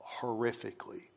horrifically